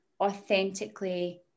authentically